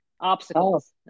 obstacles